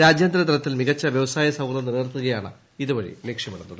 രാജ്യാന്തരതലത്തിൽ മികച്ച വൃവസായ സൌഹൃദം നിലനിർത്തുകയാണ് ഇതുവഴി ലക്ഷ്യമിടുന്നത്